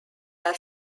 are